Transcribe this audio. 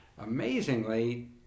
amazingly